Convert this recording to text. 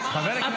עבאס, תודה רבה.